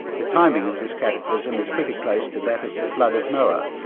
the timing of this cataclysm is pretty close to that of the flood of noah.